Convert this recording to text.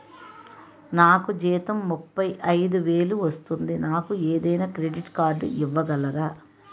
నాకు జీతం ముప్పై ఐదు వేలు వస్తుంది నాకు ఏదైనా క్రెడిట్ కార్డ్ ఇవ్వగలరా?